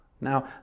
Now